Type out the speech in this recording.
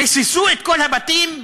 ריססו את כל הבתים ב"בואש",